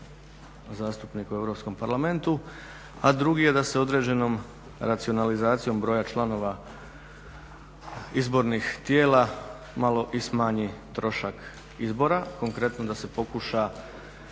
zastupnika u Europskom parlamentu, a drugi je da se određenom racionalizacijom broja članova izbornih tijela malo i smanji trošak izbora, konkretno da se pokuša